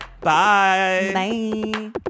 Bye